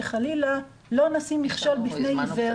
שחלילה לא נשים מכשול בפני עיוור.